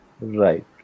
Right